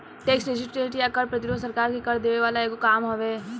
tax resistance या कर प्रतिरोध सरकार के कर देवे वाला एगो काम हवे